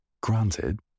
Granted